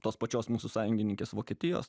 tos pačios mūsų sąjungininkės vokietijos